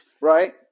Right